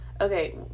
Okay